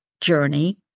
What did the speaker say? journey